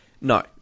No